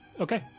Okay